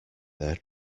their